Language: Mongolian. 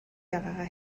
байгаагаа